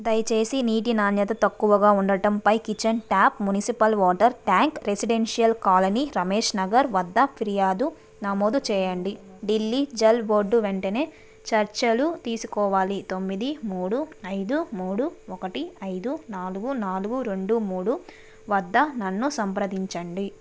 దయచేసి నీటి నాణ్యత తక్కువగా ఉండడంపై kitchen tap municipal water tank residential colony Ramesh Nagar వద్ద ఫిర్యాదు నమోదు చేయండి ఢిల్లీ జల్ బోర్డు వెంటనే చర్యలు తీసుకోవాలి తొమ్మిది మూడు ఐదు మూడు ఒకటి ఐదు నాలుగు నాలుగు రెండు మూడు వద్ద నన్ను సంప్రదించండి